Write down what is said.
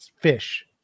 fish